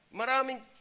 Maraming